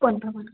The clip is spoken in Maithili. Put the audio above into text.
कोन भगबान